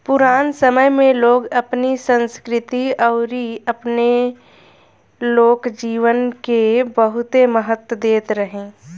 पुराना समय में लोग अपनी संस्कृति अउरी अपनी लोक जीवन के बहुते महत्व देत रहे